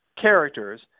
characters